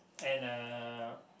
and uh